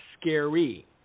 scary